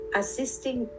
assisting